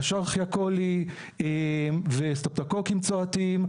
אשריכיה קולי וסטרפטוקוקוס צואתיים,